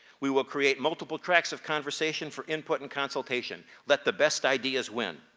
we will create multiple tracks of conversation for input and consultation. let the best ideas win.